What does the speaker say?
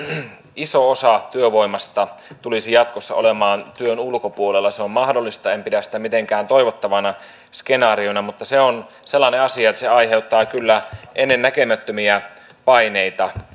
iso osa työvoimasta tulisi jatkossa olemaan työn ulkopuolella se on mahdollista en pidä sitä mitenkään toivottavana skenaariona mutta se on sellainen asia että se aiheuttaa kyllä ennennäkemättömiä paineita